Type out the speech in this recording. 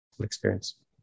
experience